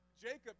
Jacob